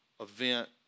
event